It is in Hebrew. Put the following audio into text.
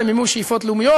למימוש שאיפות לאומיות,